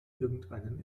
irgendeinen